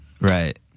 Right